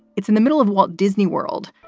it's in the middle of walt disney world,